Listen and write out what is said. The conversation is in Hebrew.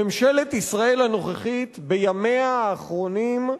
ממשלת ישראל הנוכחית, בימיה האחרונים,